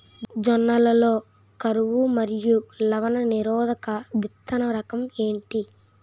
జొన్న లలో కరువు మరియు లవణ నిరోధక విత్తన రకం ఏంటి?